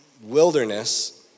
wilderness